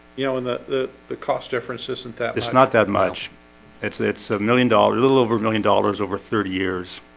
you know? and the the the cost difference isn't that it's not that much it's it's a million dollar a little over a million dollars over thirty years.